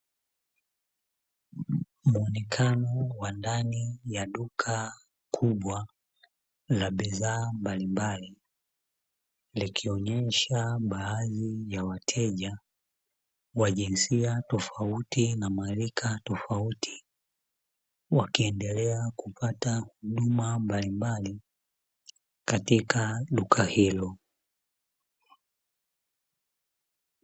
Muonekano wa ndani ya duka kubwa la bidhaa mbalimbali, likionyesha baadhi ya wateja wa jinsia tofauti na rika tofauti wakiendelea kupata huduma mbalimbali katika duka hilo.